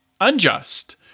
unjust